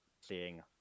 seeing